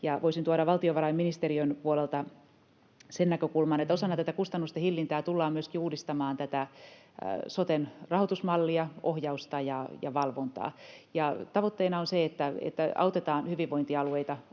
voisin tuoda valtiovarainministeriön puolelta sen näkökulman, että osana tätä kustannusten hillintää tullaan myöskin uudistamaan soten rahoitusmallia, ohjausta ja valvontaa. Tavoitteena on se, että autetaan hyvinvointialueita